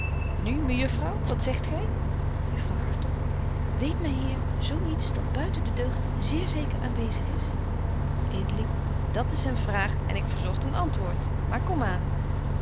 nu mejuffrouw wat zegt gy juffrouw hartog weet myn heer zo iets dat buiten de deugd zeer zeeker aanwezig is edeling dat is een vraag en ik verzogt een antwoord maar kom